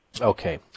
Okay